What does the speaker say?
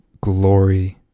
glory